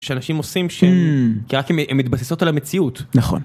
שאנשים עושים שהם מתבססות על המציאות, נכון.